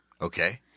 Okay